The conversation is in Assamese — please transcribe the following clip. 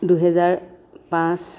দুহেজাৰ পাঁচ